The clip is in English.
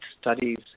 studies